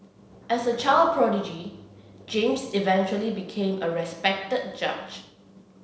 as a child prodigy James eventually became a respected judge